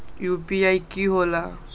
UPI कि होला?